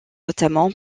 notamment